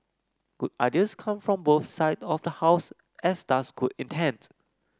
good ideas come from both side of the House as does good intent